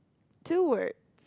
toward